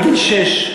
מגיל שש,